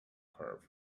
curve